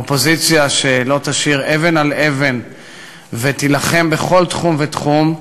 אופוזיציה שלא תשאיר אבן על אבן ותילחם בכל תחום ותחום.